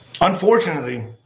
Unfortunately